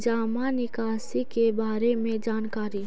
जामा निकासी के बारे में जानकारी?